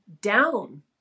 down